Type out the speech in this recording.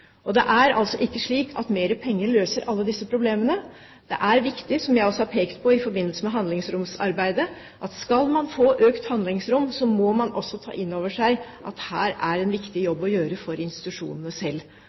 Det er altså ikke slik at mer penger løser alle disse problemene. Det er viktig, som jeg også har pekt på i forbindelse med handlingsromarbeidet, at skal man få økt handlingsrom, må man også ta inn over seg at her er det en viktig jobb å gjøre for institusjonene selv,